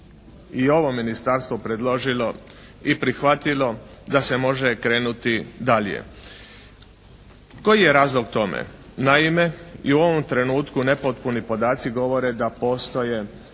i ovo ministarstvo predložilo i prihvatilo da se može krenuti dalje. Koji je razlog tome? Naime, i u ovom trenutku nepotpuni podaci govore da postoje